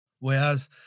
Whereas